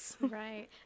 Right